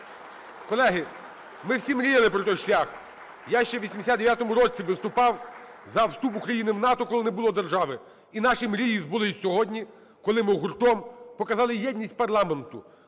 Колеги, ми всі мріяли про той шлях. Я ще у 89-му році виступав за вступ України в НАТО, коли не було держави. І наші мрії збулись сьогодні, коли ми гуртом показали єдність парламенту.